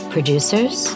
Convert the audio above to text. Producers